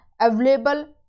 available